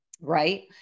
right